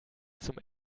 zum